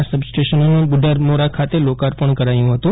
ના સબ સ્ટેશનોનું બુઢારમોરા ખાતે લોકાર્પણ કરાયું હતું